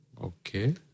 Okay